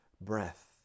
breath